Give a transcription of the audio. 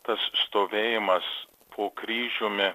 tas stovėjimas po kryžiumi